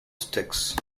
sticks